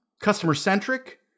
Customer-centric